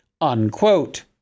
unquote